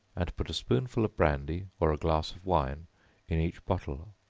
and put a spoonful of brandy, or a glass of wine in each bottle.